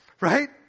right